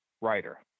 writer